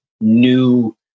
new